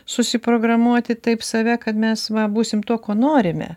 susiprogramuoti taip save kad mes va būsim tuo kuo norime